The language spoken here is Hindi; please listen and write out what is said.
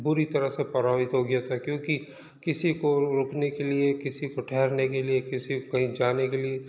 बुरी तरह से प्रभावित हो गया था क्योंकि किसी को रोकने के लिए किसी को ठहरने के लिए किसी को कहीं जाने के लिए